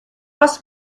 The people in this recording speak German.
was